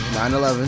9-11